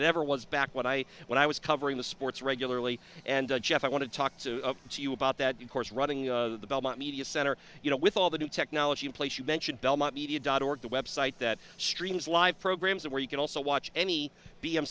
ever was back when i when i was covering the sports regularly and jeff i want to talk to you about that of course running the belmont media center you know with all the new technology in place you mentioned belmont media dot org the web site that streams live programs where you can also watch any b m